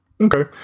okay